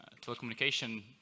telecommunication